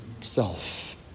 self